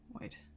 wait